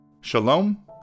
Shalom